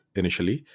initially